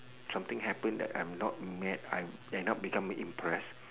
something happen that I'm not mad I'm end up become impressed